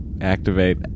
activate